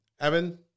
Evan